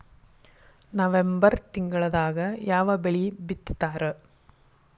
November ತಿಂಗಳದಾಗ ಯಾವ ಬೆಳಿ ಬಿತ್ತತಾರ?